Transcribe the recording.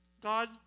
God